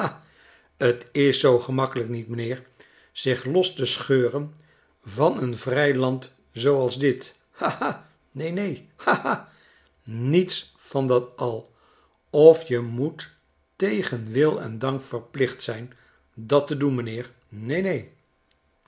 t is zoo gemakkelijk niet m'nheer zich los te scheuren van een vrij land zooals dit ha ha neen neen ha ha niets van dat al of je moet tegen wil en dank verplicht zijn dat te doen m'nheer neen